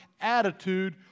attitude